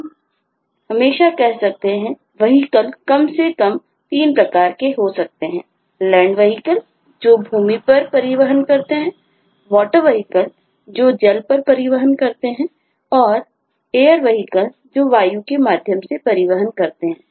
हम हमेशा कह सकते हैं कि vehicle कम से कम तीन प्रकार के हो सकते हैं land vehicle जो भूमि पर परिवहन करते हैं water vehicle जो जल पर परिवहन करते हैं और air vehicle जो वायु के माध्यम से परिवहन करते हैं